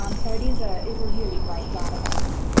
um so it is ah is a really great database.